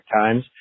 times